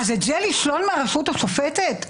אז את זה לשלול מהרשות השופטת?